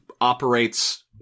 operates